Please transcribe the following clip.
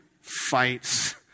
Fights